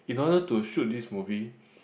in order to shoot this movie